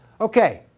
Okay